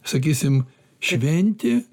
sakysim šventė